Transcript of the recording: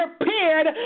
prepared